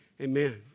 Amen